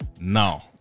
Now